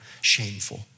shameful